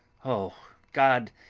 oh, god,